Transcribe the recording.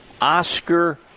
Oscar